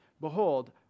behold